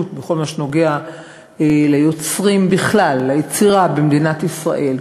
בכל הנוגע ליוצרים ובכלל ליצירה במדינת ישראל.